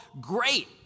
great